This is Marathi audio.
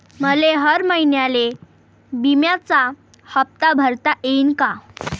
मले हर महिन्याले बिम्याचा हप्ता भरता येईन का?